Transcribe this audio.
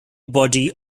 body